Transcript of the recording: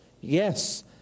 yes